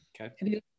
Okay